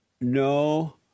No